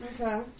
okay